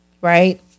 Right